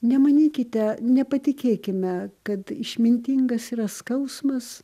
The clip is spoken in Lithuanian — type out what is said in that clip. nemanykite nepatikėkime kad išmintingas yra skausmas